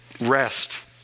rest